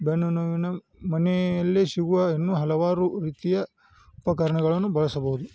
ಬೆನ್ನುನೋವಿನ ಮನೆಯಲ್ಲಿ ಸಿಗುವ ಇನ್ನೂ ಹಲವಾರು ರೀತಿಯ ಉಪಕರಣಗಳನ್ನು ಬಳಸಬೌದು